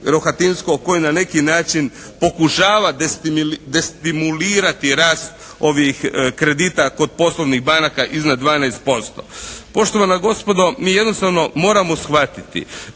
Rohatinskog koji na neki način pokušava destimulirati rast ovih kredita kod poslovnih banaka iznad 12%. Poštovana gospodo mi jednostavno moramo shvatiti